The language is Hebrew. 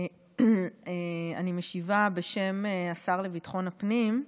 אני משיבה בשם השר לביטחון הפנים,